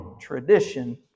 tradition